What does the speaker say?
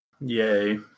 yay